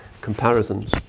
comparisons